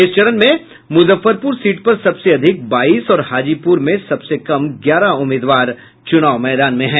इस चरण में मुजफ्फरपुर सीट पर सबसे अधिक बाईस और हाजीपुर में सबसे कम ग्यारह उम्मीदवार मैदान में हैं